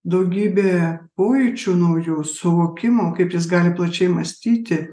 daugybė pojūčių naujų suvokimų kaip jis gali plačiai mąstyti